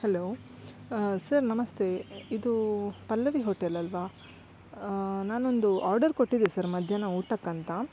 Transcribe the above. hello sir ನಮಸ್ತೆ ಇದು Pallavi hotel ಅಲ್ಲವಾ ನಾನೊಂದು ಆರ್ಡರ್ ಕೊಟ್ಟಿದ್ದೆ ಸರ್ ಮಧ್ಯಾಹ್ನ ಊಟಕ್ಕಂತ